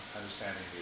understanding